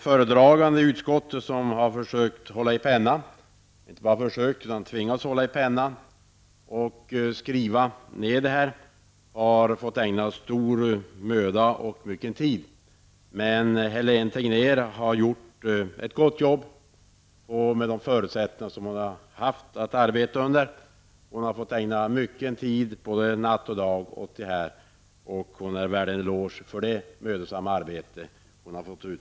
Föredraganden i utskottet som har försökt hålla i pennan -- inte bara försökt, utan tvingats att hålla i pennan -- och stå för nedskrivningen har fått ägna detta stor möda och mycken tid. Hélene Tegnér har gjort ett gott arbete med de förutsättningar hon har haft att arbeta under. Hon har ägnat både natt och dag åt detta betänkande och hon är värd en eloge för sitt mödosamma arbete.